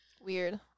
Weird